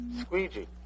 squeegee